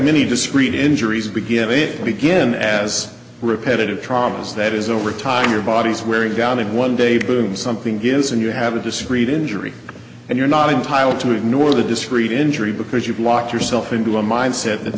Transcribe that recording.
many discrete injuries begin it begin as repetitive traumas that is over time your body's wearing down and one day boom something gives and you have a discreet injury and you're not entitled to ignore the discreet injury because you've locked yourself into a mindset that